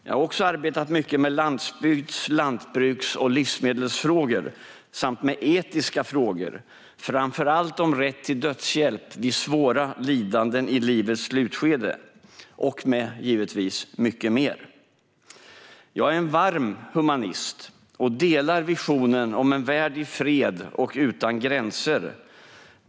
Jag har också arbetat mycket med landsbygds-, lantbruks och livsmedelsfrågor samt med etiska frågor, framför allt om rätt till dödshjälp vid svåra lidanden i livets slutskede, och givetvis med mycket mer! Jag är en varm humanist och delar visionen om en värld i fred och utan gränser.